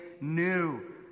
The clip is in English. new